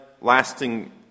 lasting